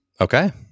Okay